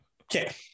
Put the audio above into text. okay